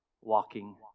walking